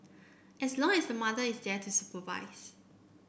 as long as the mother is there to supervise